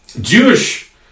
Jewish